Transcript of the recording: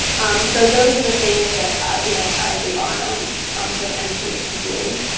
um so those are the things that you know i rely on um for the engineers to do.